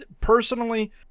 personally